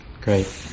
Great